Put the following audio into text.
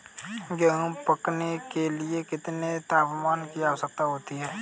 गेहूँ पकने के लिए कितने तापमान की आवश्यकता होती है?